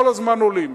כל הזמן עולים.